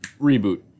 reboot